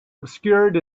obscured